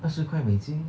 二十块美金